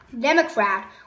Democrat